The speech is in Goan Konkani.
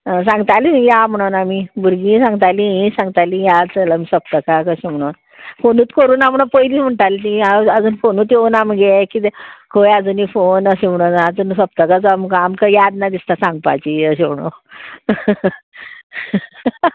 सांगताली या म्हणून आमी भुरगींय सांगतालीं हीं सांगतालीं चल आमी सोप्तकाक अशें म्हणून फोनूत करूं ना म्हुणोन पयलीं म्हणटाली तीं आजून फोनूत येवना मुगे किदें खंय आजूनी फोन अशें म्हणून आजून सोप्तक आमकां याद ना दिसता सांगपाची अशें म्हुणोन